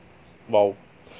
!wow!